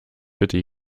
bitte